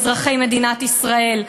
אזרחי מדינת ישראל.